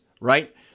Right